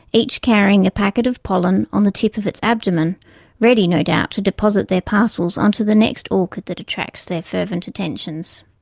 each carrying a packet of pollen on the tip of its abdomen ready, no doubt, to deposit their parcels onto the next orchid that attracts their fervent attentions.